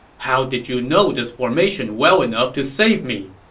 how did you know this formation well enough to save me?